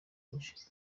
benshi